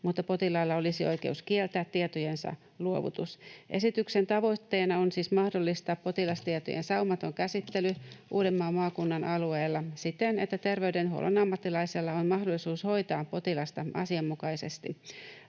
mutta potilaalla olisi oikeus kieltää tietojensa luovutus. Esityksen tavoitteena on siis mahdollistaa potilastietojen saumaton käsittely Uudenmaan maakunnan alueella siten, että terveydenhuollon ammattilaisella on mahdollisuus hoitaa potilasta asianmukaisesti.